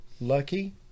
lucky